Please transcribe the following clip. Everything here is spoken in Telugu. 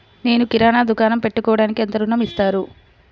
నేను కిరాణా దుకాణం పెట్టుకోడానికి ఎంత ఋణం ఇస్తారు?